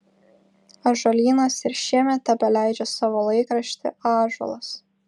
ąžuolynas ir šiemet tebeleidžia savo laikraštį ąžuolas